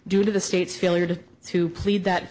due to the state's failure to to plead that